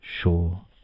sure